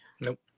Nope